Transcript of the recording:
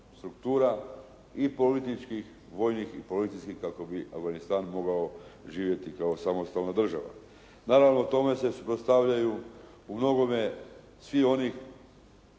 struktura i političkih, vojnih i policijskih kako bi Afganistan mogao živjeti kao samostalna država. Naravno, tome se suprotstavljaju u mnogome svi oni